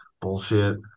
bullshit